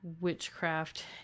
witchcraft